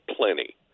plenty